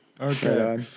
Okay